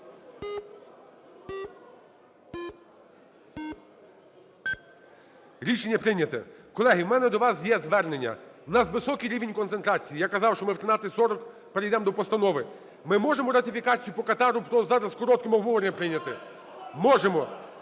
Рішення прийнято. Колеги, в мене до вас є звернення. В нас високий рівень концентрації, я казав, що ми о 13:40 перейдемо до постанови. Ми можемо ратифікацію по Катару зараз з коротким обговоренням прийняти? Можемо.